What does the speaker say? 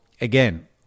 again